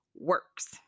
works